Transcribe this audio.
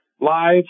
live